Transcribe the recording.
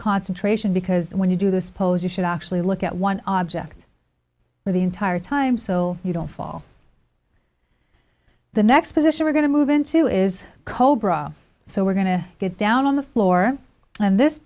concentration because when you do the suppose you should actually look at one object for the entire time so you don't fall the next position we're going to move into is cobra so we're going to get down on the floor and this